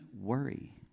worry